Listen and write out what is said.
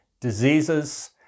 diseases